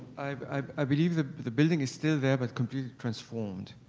i believe the the building is still there, but completely transformed.